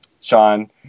sean